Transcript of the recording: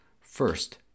First